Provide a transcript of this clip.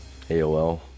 AOL